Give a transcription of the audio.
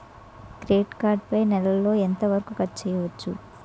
Credit card పై నెల లో ఎంత వరకూ ఖర్చు చేయవచ్చు?